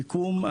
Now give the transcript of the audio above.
המיקום,